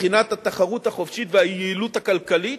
מבחינת התחרות החופשית והיעילות הכלכלית,